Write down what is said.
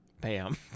Bam